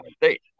state